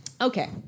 Okay